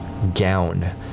Gown